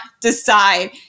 decide